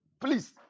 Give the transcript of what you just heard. Please